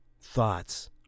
thoughts